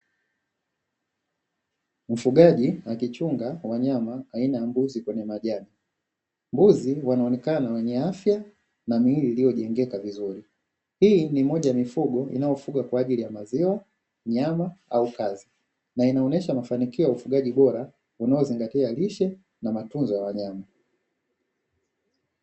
Mfugaji akichunga wanyama aina ya mbuzi kwenye majani, mbuzi wanaonekana wenye afya na miili iliyojengeka vizuri. Hii ni moja ya mifugo inayofuga kwa ajili ya maziwa nyama au kazi na inaonyesha mafanikio ya ufugaji bora unaozingatia lishe na matunzo ya wanyama.